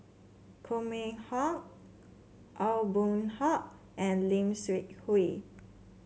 Koh Mun Hong Aw Boon Haw and Lim Seok Hui